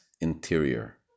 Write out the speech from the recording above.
interior